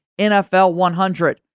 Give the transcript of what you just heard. NFL100